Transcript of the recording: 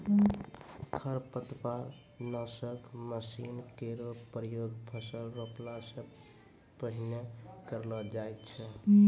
खरपतवार नासक मसीन केरो प्रयोग फसल रोपला सें पहिने करलो जाय छै